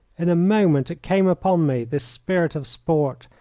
in a moment it came upon me, this spirit of sport,